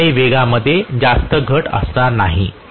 माझ्याकडे वेगामध्ये जास्त घट असणार नाही